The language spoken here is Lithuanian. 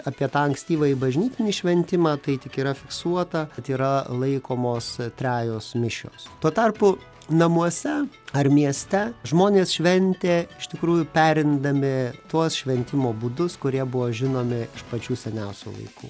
apie tą ankstyvąjį bažnytinį šventimą tai tik yra fiksuota kad yra laikomos trejos mišios tuo tarpu namuose ar mieste žmonės šventė iš tikrųjų perimdami tuos šventimo būdus kurie buvo žinomi iš pačių seniausių laikų